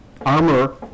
armor